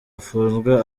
afunzwe